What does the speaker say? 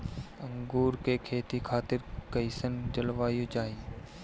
अंगूर के खेती खातिर कइसन जलवायु चाही?